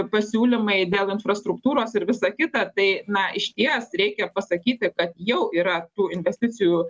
pasiūlymai dėl infrastruktūros ir visa kita tai na išties reikia pasakyti kad jau yra tų investicijų